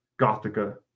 Gothica